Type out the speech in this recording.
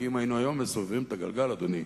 כי אם היינו היום מסובבים את הגלגל, אדוני,